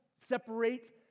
separate